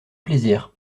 plaisir